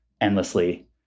endlessly